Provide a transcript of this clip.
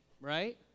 right